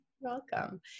Welcome